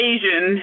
Asian